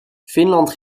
finland